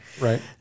Right